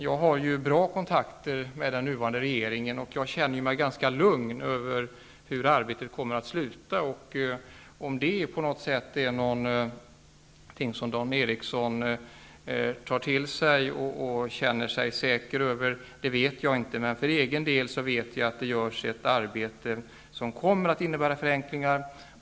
Jag har bra kontakter med den nuvarande regeringen och känner mig ganska lugn över hur arbetet kommer att sluta. Om det är något som Dan Eriksson tar till sig och känner sig säker av, vet jag inte. För egen del vet jag att det görs ett arbete som kommer att innebära förenklingar.